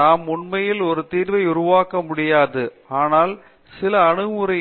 நாம் உண்மையில் ஒரு தீர்வை உருவாக்க முடியாது ஆனால் சில அணுகுமுறை